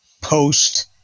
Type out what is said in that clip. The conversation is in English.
post